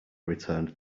returned